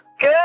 Good